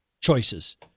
choices